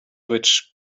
which